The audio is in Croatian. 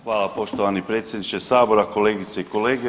Hvala poštovani predsjedniče Sabora, kolegice i kolege.